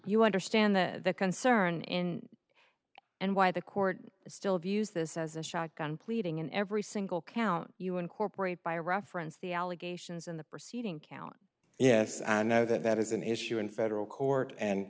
you understand the concern in and why the court still views this as a shotgun pleading in every single count you incorporate by reference the allegations in the proceeding count yes i know that that is an issue in federal court and